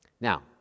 Now